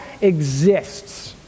exists